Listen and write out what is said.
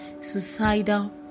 suicidal